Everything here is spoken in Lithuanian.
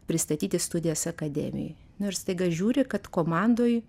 pristatyti studijas akademijoj nu ir staiga žiūri kad komandoj